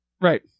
Right